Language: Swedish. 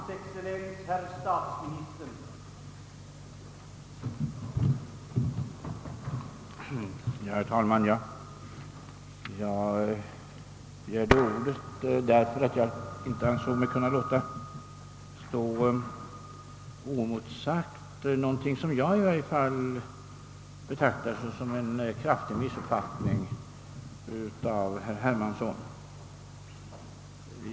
Herr talman! Jag begärde ordet därför att jag inte ansåg mig kunna låta stå oemotsagt något som jag i varje fall betraktade som en missuppfattning från herr Hermanssons sida.